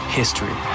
history